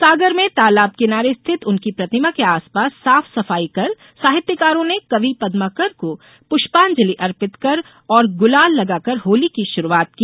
सागर में तालाब किनारे स्थित उनकी प्रतिमा के आसपास साफ सफाई कर साहित्यकारों ने कवि पद्माकर को पुष्पांजलि अर्पित कर और गुलाल लगाकर होली की शुरूआत की